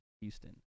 Houston